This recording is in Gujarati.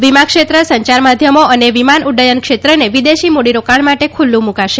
વિમાક્ષેત્રસંચારમાધ્યમોઅને વિમાન ઉક્રથન ક્ષેત્રને વિદેશી મૂડીરોકાણ માટે ખુલ્લું મૂકાશે